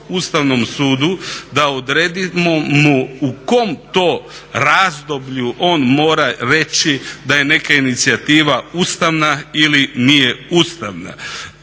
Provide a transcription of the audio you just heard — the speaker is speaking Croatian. Ustavnom sudu da odredimo mu u kom to razdoblju on mora reći da je neka inicijativa ustavna ili nije ustavna.